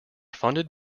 funded